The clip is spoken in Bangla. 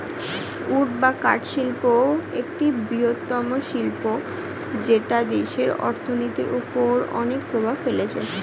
উড বা কাঠ শিল্প একটি বৃহত্তম শিল্প যেটা দেশের অর্থনীতির ওপর অনেক প্রভাব ফেলে